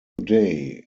today